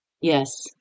Yes